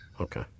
Okay